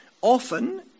Often